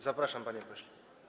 Zapraszam, panie pośle.